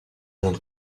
non